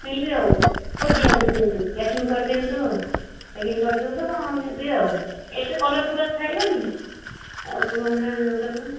କିଣିବି ଆଉ ହଉ ଦିଅନ୍ତୁ ଦିଅନ୍ତୁ ପ୍ୟାକିଙ୍ଗ୍ କରି ଦିଅନ୍ତୁ ଆଉ ପ୍ୟାକିଙ୍ଗ୍ କରି ଦିଅନ୍ତୁ ନେବି ଆଉ ଏଇଟା କଲର୍ ଫଲର୍ ଛାଡ଼ିବନି ଆଉ କ'ଣ ମାନେ